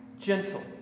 Gentle